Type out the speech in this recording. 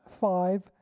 five